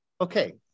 Okay